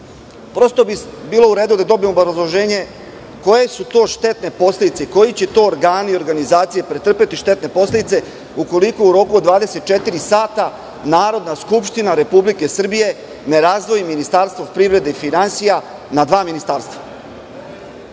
Prosto bi bilo u redu da dobijemo obrazloženje, koje su to štetne posledice, koji će to organi i organizacije pretrpeti štetne posledice, ukoliko u roku od 24 sata Narodna skupština Republike Srbije ne razdvoji Ministarstvo privrede i finansija na dva ministarstva?